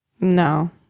No